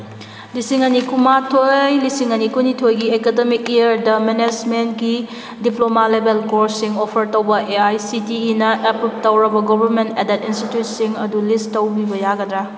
ꯂꯤꯁꯤꯡ ꯑꯅꯤ ꯀꯨꯟꯃꯥꯊꯣꯏ ꯂꯤꯁꯤꯡ ꯑꯅꯤ ꯀꯨꯟꯅꯤꯊꯣꯏꯒꯤ ꯑꯦꯀꯗꯃꯤꯛ ꯏꯌꯥꯔꯗ ꯃꯦꯅꯦꯁꯃꯦꯟꯒꯤ ꯗꯤꯄ꯭ꯂꯣꯃꯥ ꯂꯦꯕꯦꯜ ꯀꯣꯔꯁꯁꯤꯡ ꯑꯣꯐꯔ ꯇꯧꯕ ꯑꯦ ꯑꯥꯏ ꯁꯤ ꯇꯤ ꯏꯅ ꯑꯦꯄ꯭ꯔꯨꯞ ꯇꯧꯔꯕ ꯒꯣꯕꯔꯃꯦꯟ ꯑꯦꯗꯦꯠ ꯏꯟꯁꯇꯤꯇ꯭ꯌꯨꯠꯁꯤꯡ ꯑꯗꯨ ꯂꯤꯁ ꯇꯧꯕꯤꯕ ꯌꯥꯒꯗ꯭ꯔꯥ